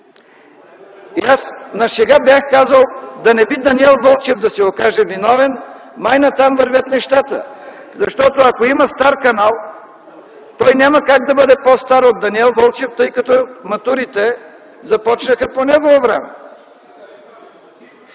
Аз на шега бях казал – да не би Даниел Вълчев да се окаже виновен. Май натам вървят нещата. Ако има стар канал, той няма как да бъде по-стар от Даниел Вълчев, тъй като матурите започнаха по негово време.